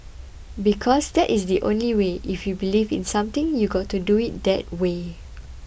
because that is the only way if you believe in something you've got to do it that way